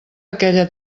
aquella